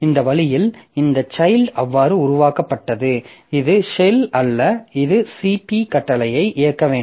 இந்த வழியில் இந்த சைல்ட் அவ்வாறு உருவாக்கப்பட்டது இது ஷெல் அல்ல இது CP கட்டளையை இயக்க வேண்டும்